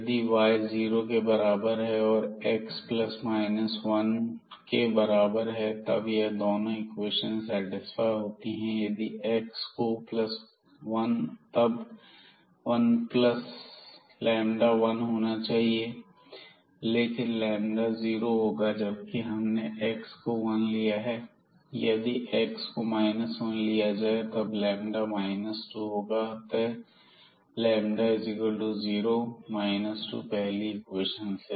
यदि y 0 के बराबर है और x ± 1 के बराबर है तब यह दोनों इक्वेशन सेटिस्फाई होती हैं यदि एक्स को 1 तब 1λ वन होना चाहिए इसलिए जीरो होगा जबकि हमने एक्स को वन लिया है यदि एक्स को 1 लिया जाए तब 2 होगा अतः λ0 2 पहली इक्वेशन से